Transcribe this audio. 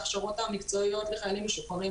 ההכשרות המקצועיות לחיילים משוחררים